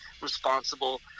responsible